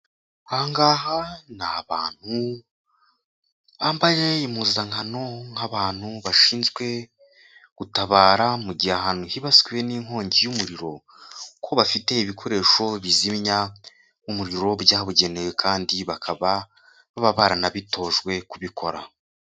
Aha ngaha ni abantu bambaye impuzankano nk'abantu bashinzwe gutabara mu gihe ahantu hibasiwe n'inkongi y'umuriro, kuko bafite ibikoresho bizimya umuriro byabugenewe kandi bakaba baba baranabitojwe kubikora.